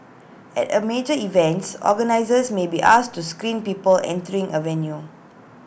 at A major events organisers may be asked to screen people entering A venue